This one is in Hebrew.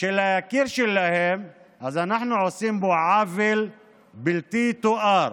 של היקיר שלהם, אנחנו עושים פה עוול בלתי יתואר